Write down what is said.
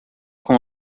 com